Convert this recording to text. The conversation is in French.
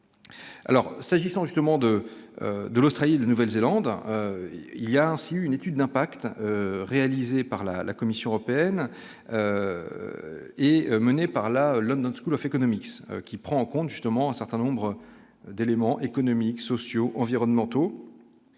Alors s'agissant justement de de l'Australie et la Nouvelle-Zélande il y a aussi une étude d'impact réalisée par la la Commission européenne et menée par la London School of Economics, ce qui prend en compte justement un certain nombre d'éléments économiques, sociaux, environnementaux,